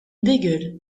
bégueule